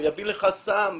הוא יביא לך סם,